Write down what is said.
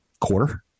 quarter